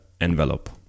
envelope